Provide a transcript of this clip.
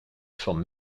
forment